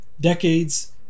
decades